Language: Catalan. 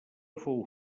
fou